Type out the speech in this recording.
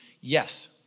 Yes